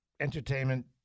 Entertainment